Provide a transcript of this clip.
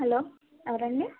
hello ఎవరండి